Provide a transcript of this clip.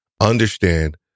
understand